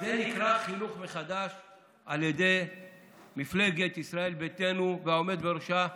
זה נקרא חינוך מחדש על ידי מפלגת ישראל ביתנו והעומד בראשה,